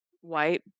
White